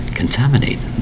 contaminate